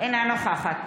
אינה נוכחת